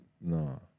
No